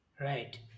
Right